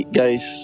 guys